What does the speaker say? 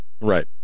right